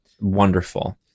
Wonderful